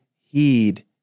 heed